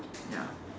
ya